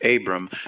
Abram